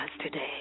today